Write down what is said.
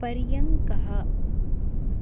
पर्यङ्कः